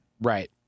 Right